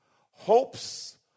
Hopes